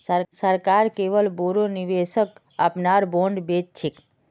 सरकार केवल बोरो निवेशक अपनार बॉन्ड बेच छेक